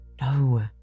No